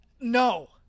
no